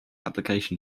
application